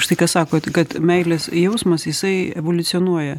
štai ką sakot kad meilės jausmas jisai evoliucionuoja